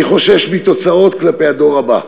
אני חושש מתוצאות כלפי הדור הבא.